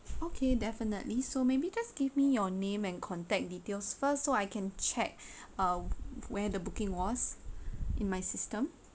okay definitely so maybe just give me your name and contact details first so I can check uh where the booking was in my system